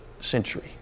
century